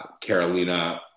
Carolina